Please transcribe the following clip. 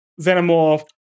xenomorph